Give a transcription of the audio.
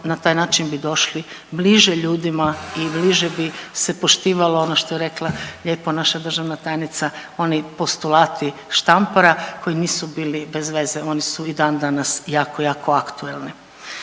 na taj način bi došli bliže ljudima i bliže bi se poštivalo ono što je rekla lijepo naša državna tajnica, oni postulati Štampara koji nisu bili bez veze, oni su i dan danas jako jako aktuelni.